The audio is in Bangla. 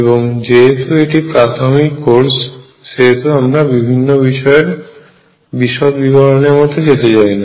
এবং যেহেতু এটি প্রাথমিক কোর্স সেহেতু আমরা বিভিন্ন বিষয়ের বিশদ বিবরণ এর মধ্যে যেতে চাই না